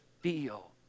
feel